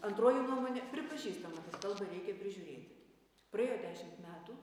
antroji nuomonė pripažįstama kad kalbą reikia prižiūrėti praėjo dešimt metų